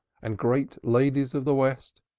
and great ladies of the west,